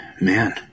man